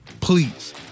please